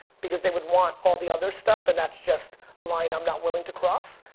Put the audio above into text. because they would want all the other stuff and that's just a line i'm not willing to cross.